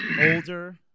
older